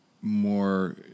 more